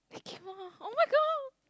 he came out oh-my-god